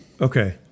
Okay